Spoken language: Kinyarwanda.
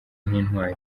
nk’intwari